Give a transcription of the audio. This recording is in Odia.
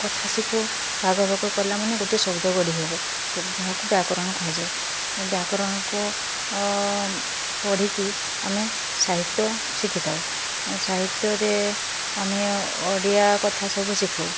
କଥା ଶିଖୁ ଭାଗ ଭାଗ କଲାମାନେ ଗୋଟେ ଶବ୍ଦ ଗଢ଼ି ହେବ ସବ୍ ଯାହାକୁ ବ୍ୟାକରଣ କୁହାଯାଏ ବ୍ୟାକରଣକୁ ଓ ପଢ଼ିକି ଆମେ ସାହିତ୍ୟ ଶିଖିଥାଉ ଆଉ ସାହିତ୍ୟରେ ଆମେ ଓଡ଼ିଆ କଥା ସବୁ ଶିଖୁ